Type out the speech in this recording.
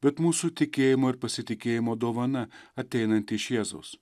bet mūsų tikėjimo ir pasitikėjimo dovana ateinanti iš jėzaus